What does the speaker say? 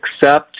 accept